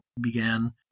began